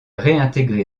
réintégré